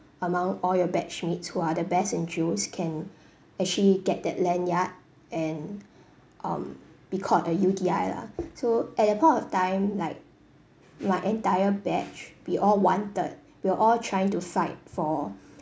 among all your batch mates who are the best in drills can actually get that lanyard and um be called a U_T_I lah so at that point of time like my entire batch we all wanted we all trying to fight for